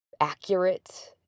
accurate